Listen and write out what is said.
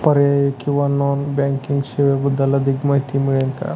पर्यायी किंवा non banking सेवांबद्दल अधिक माहिती मिळेल का?